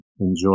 enjoy